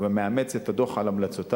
ומאמץ את הדוח על המלצותיו.